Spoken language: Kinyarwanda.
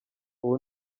ubu